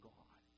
God